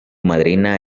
madrina